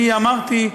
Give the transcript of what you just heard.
אני אמרתי,